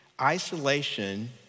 Isolation